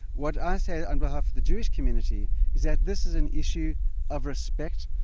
what i say on behalf of the jewish community is that this is an issue of respect,